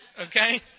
okay